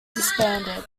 disbanded